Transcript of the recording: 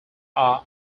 are